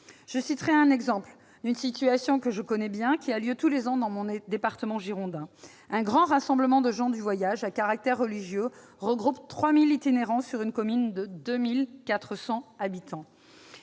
Je citerai en exemple une situation que je connais bien, ayant lieu tous les ans dans mon département girondin : un grand rassemblement de gens du voyage à caractère religieux y regroupe 3 000 itinérants sur le territoire d'une commune de 2 400 habitants.